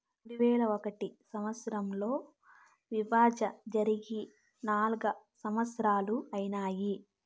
రెండువేల ఒకటో సంవచ్చరంలో విభజన జరిగి నాల్గు సంవత్సరాలు ఐనాయి